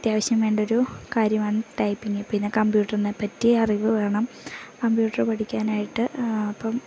അത്യാവശ്യം വേണ്ട ഒരു കാര്യമാണ് ടൈപ്പിങ് പിന്നെ കമ്പ്യൂട്ടറിനെ പറ്റി അറിവ് വേണം കമ്പ്യൂട്ടറ് പഠിക്കാനായിട്ട് അപ്പം